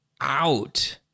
out